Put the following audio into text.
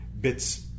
bits